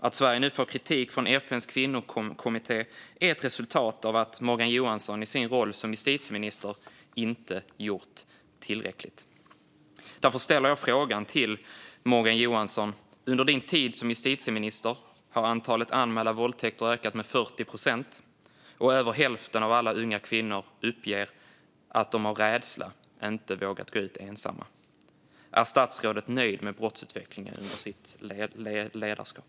Att Sverige nu får kritik från FN:s kvinnokommitté är ett resultat av att Morgan Johansson i sin roll som justitieminister inte har gjort tillräckligt. Därför ställer jag frågan till Morgan Johansson: Under din tid som justitieminister har antalet anmälda våldtäkter ökat med 40 procent, och över hälften av alla unga kvinnor uppger att de av rädsla inte vågat gå ut ensamma. Är statsrådet nöjd med brottsutvecklingen under sitt ledarskap?